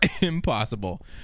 impossible